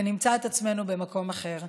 ונמצא את עצמנו במקום אחר.